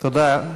זה דיון